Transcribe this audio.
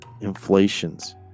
inflations